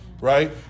Right